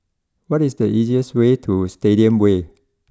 what is the easiest way to Stadium way